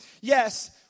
Yes